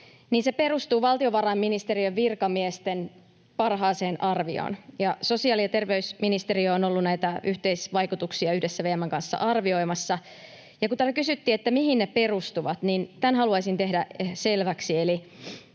se perustuu valtiovarainministeriön virkamiesten parhaaseen arvioon. Sosiaali- ja terveysministeriö on ollut näitä yhteisvaikutuksia yhdessä VM:n kanssa arvioimassa, ja kun täällä kysyttiin, mihin ne perustuvat, niin tämän haluaisin tehdä selväksi,